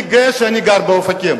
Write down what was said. אני גאה שאני גר באופקים.